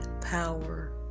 power